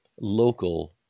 local